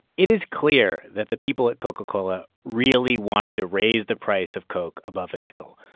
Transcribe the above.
it is clear that the people at coca-cola really wanted to raise the price of coke above a nickel,